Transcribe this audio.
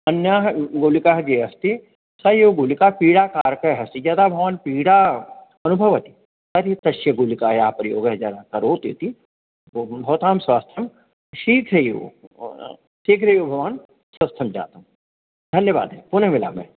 अन्याः गुलिकाः ये अस्ति स एव गुलिका पीडाकारकः अस्ति यदा भवान् पीडाम् अनुभवति तर्हि तस्य गुलिकायाः प्रयोगः करोतु इति भ भवतां स्वास्थ्यं शीघ्रमेव शीघ्रमेव भवान् स्वस्थं जातं धन्यवादः पुनः मिलामः